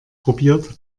probiert